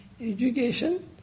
education